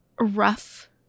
rough